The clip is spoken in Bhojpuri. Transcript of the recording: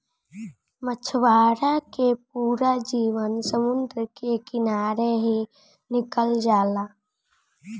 मछवारा के पूरा जीवन समुंद्र के किनारे ही निकल जाला